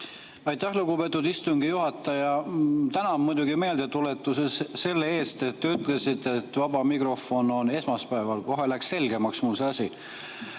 Aitäh, lugupeetud istungi juhataja! Tänan selle meeldetuletuse eest, et ütlesite, et vaba mikrofon on esmaspäeval. Kohe läks selgemaks mul see asi.